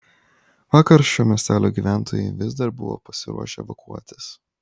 vakar šio miestelio gyventojai vis dar buvo pasiruošę evakuotis